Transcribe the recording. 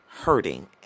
hurting